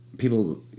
people